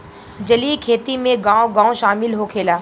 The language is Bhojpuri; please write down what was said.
जलीय खेती में गाँव गाँव शामिल होखेला